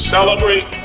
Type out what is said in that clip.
Celebrate